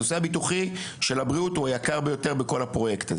הנושא הביטוחי של הבריאות הוא היקר ביותר בכל הפרויקט.